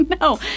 No